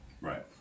Right